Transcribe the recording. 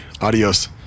Adios